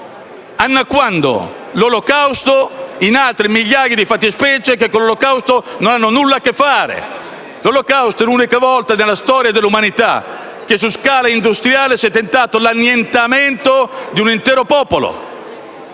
annacquando l'Olocausto in altre migliaia di fattispecie che con esso non hanno nulla a che fare! L'Olocausto è l'unica volta nella storia dell'umanità in cui su scala industriale si è tentato l'annientamento di un intero popolo.